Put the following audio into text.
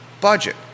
budget